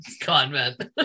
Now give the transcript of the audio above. convent